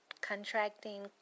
contracting